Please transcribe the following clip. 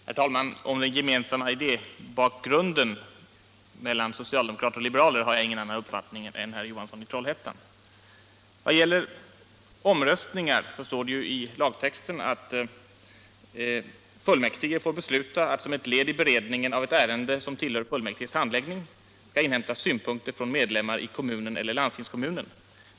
Herr talman! Om den gemensamma idébakgrunden för socialdemokrater och liberaler har jag ingen annan uppfattning än herr Johansson i Trollhättan. Vad gäller omröstningar står det i lagtexten: ”Fullmäktige får besluta att som ett led i beredningen av ett ärende som tillhör fullmäktiges handläggning skall inhämtas synpunkter från medlemmar i kommunen eller landstingskommunen.